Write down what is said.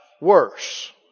worse